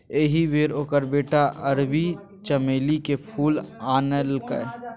एहि बेर ओकर बेटा अरबी चमेलीक फूल आनलकै